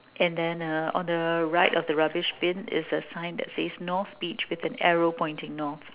and then uh on the right of the rubbish bin is a sign that says north beach with an arrow pointing north